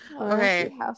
Okay